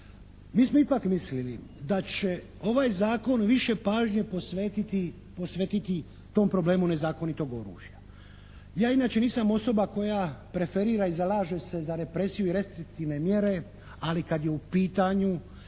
Mi smo ipak mislili da će ovaj zakon više pažnje posvetiti tom problemu nezakonitog oružja. Ja inače nisam osoba koja preferira i zalaže se za represiju i restriktivne mjere ali kad je u pitanju